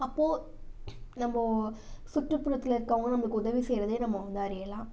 அப்போ நம்ப சுற்றுப்புறத்தில் இருக்கவங்களும் நமக்கு உதவி செய்யறதையும் நம்ம வந்து அறியலாம்